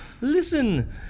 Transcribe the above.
listen